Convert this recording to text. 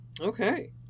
Okay